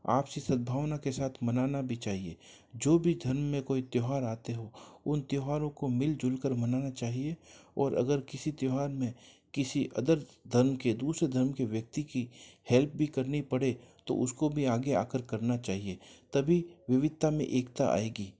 आपसी सद्भावना के साथ मनाना भी चाहिए जो भी धर्म में कोई त्योहार आते हो उन त्योहारों को मिलजुल कर मनाना चाहिए और अगर किसी त्योहार में किसी अदर धर्म के दूसरे धर्म के व्यक्ति की हेल्प भी करनी पड़े तो उसको भी आगे जा कर करना चाहिए तभी विविधता में एकता आएगी